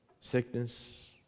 sickness